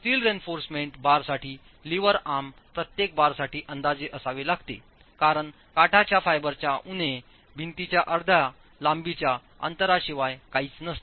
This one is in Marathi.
स्टील रेइन्फॉर्समेंट बारसाठी लीव्हर आर्म प्रत्येक बारसाठी अंदाजे असावे लागते कारण काठाच्या फायबरच्या उणे भिंतीच्या अर्ध्या लांबीच्या अंतरांशिवाय काहीच नसते